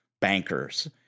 bankers